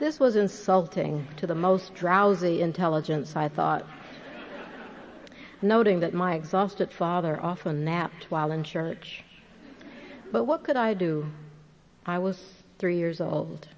this was insulting to the most drowsy intelligence i thought noting that my exhausted father often napped while unsure which but what could i do i was three years old